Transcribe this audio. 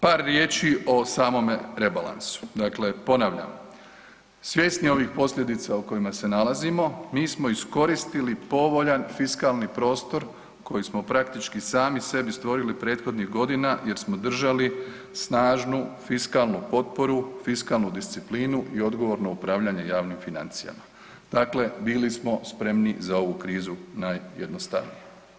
Par riječi o samome rebalansu, dakle ponavljam, svjesni ovih posljedica u kojima se nalazimo mi smo iskoristili povoljan fiskalni prostor koji smo praktički sami sebi stvorili prethodnih godina jer smo držali snažnu fiskalnu potporu, fiskalnu disciplinu i odgovorno upravljanje javnim financijama, dakle bili smo spremni za ovu krizu najjednostavnije.